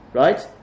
right